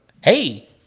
Hey